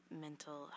mental